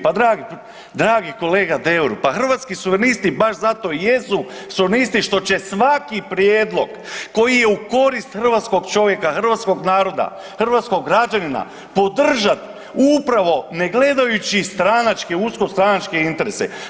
Pa dragi kolega Deur, pa Hrvatski suverenisti baš zato i jesu suverenisti što će svaki prijedlog koji je u korist hrvatskog čovjeka, hrvatskog naroda, hrvatskog građanina, podržati upravo ne gledajući stranačke, usko stranačke interese.